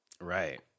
Right